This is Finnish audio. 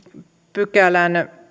pykälän